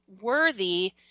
worthy